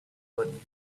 but